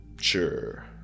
Sure